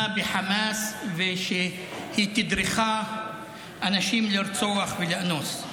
בחמאס ושהיא תדרכה אנשים לרצוח ולאנוס.